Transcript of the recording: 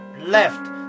left